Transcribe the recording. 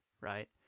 right